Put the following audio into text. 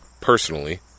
personally